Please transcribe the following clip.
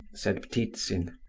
said ptitsin.